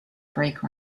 brake